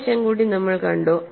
ഒരു വശം കൂടി നമ്മൾ കണ്ടു